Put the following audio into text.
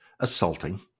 Assaulting